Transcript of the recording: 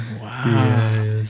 Wow